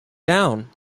down